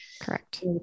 Correct